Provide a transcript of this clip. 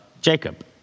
Jacob